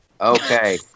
Okay